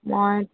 মই